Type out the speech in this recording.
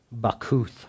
Bakuth